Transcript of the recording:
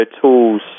tools